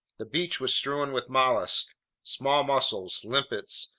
the beach was strewn with mollusks small mussels, limpets,